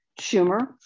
Schumer